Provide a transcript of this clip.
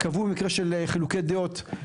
קבעו במקרה של חילוקי דעות,